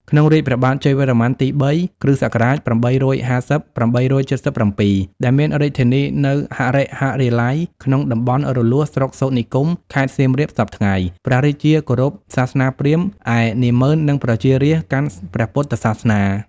ក្នុងរាជ្យព្រះបាទជ័យវរ្ម័នទី ៣ (គ.ស. ៨៥០-៨៧៧) ដែលមានរាជធានីនៅ ហរិហរាល័យ ក្នុងតំបន់រលួស ស្រុកសូត្រនិគម ខេត្តសៀមរាបសព្វថ្ងៃ ព្រះរាជាគោរព សាសនាព្រាហ្មណ៍ ឯនាម៉ឺន និងប្រជារាស្ត្រកាន់ព្រះពុទ្ធសាសនា ។